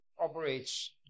operates